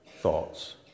thoughts